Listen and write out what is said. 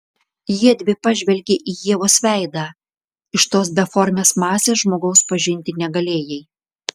jiedvi pažvelgė į ievos veidą iš tos beformės masės žmogaus pažinti negalėjai